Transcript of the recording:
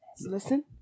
Listen